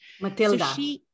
Matilda